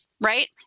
Right